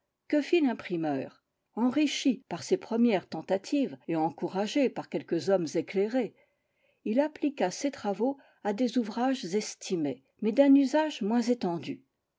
que fit l'imprimeur enrichi par ses premières tentatives et encouragé par quelques hommes éclairés il appliqua ses travaux à des ouvrages estimés mais d'un usage moins étendu